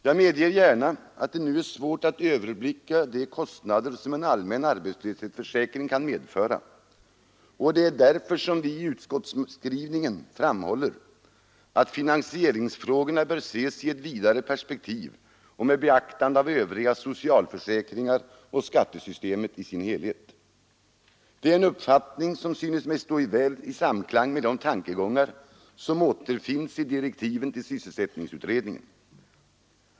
Jag medger gärna att det nu är svårt att överblicka de kostnader som en allmän arbetslöshetsförsäkring kan medföra, och det är därför som vi i utskottsskrivningen framhåller att finansieringsfrågorna bör ses i ett vidare perspektiv och med beaktande av övriga socialförsäkringar och skattesystemet i dess helhet. Det är en uppfattning som synes mig stå i samklang med de tankegångar som återfinns i direktiven till sysselsättningsutredningen.